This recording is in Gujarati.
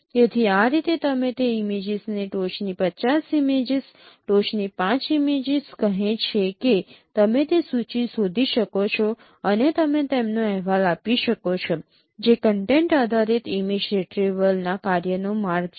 તેથી આ રીતે તમે તે ઇમેજીસને ટોચની 50 ઇમેજીસ ટોચની 5 ઇમેજીસ કહે છે કે તમે તે સૂચિ શોધી શકો છો અને તમે તેમનો અહેવાલ આપી શકો છો જે કન્ટેન્ટ આધારિત ઇમેજ રિટ્રીવલ ના કાર્યનો માર્ગ છે